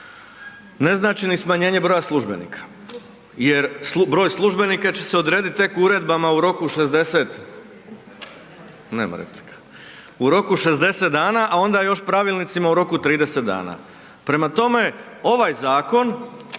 Ne znači ni smanjenje broja službenika jer broj službenika će se odredit tek uredbama u roku 60, nema replika, u roku 60 dana, a onda još pravilnicima u roku 30 dana. Prema tome, ovaj zakon